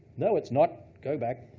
no it's not, go back.